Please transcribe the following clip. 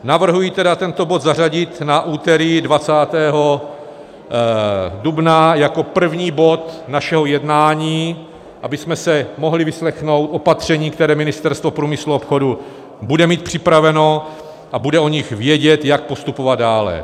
Navrhuji tedy tento bod zařadit na úterý 20. dubna jako první bod našeho jednání, abychom si mohli vyslechnout opatření, které Ministerstvo průmyslu a obchodu bude mít připraveno a bude vědět, jak postupovat dále.